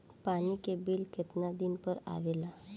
पानी के बिल केतना दिन पर आबे ला?